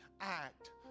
act